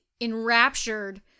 enraptured